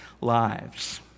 lives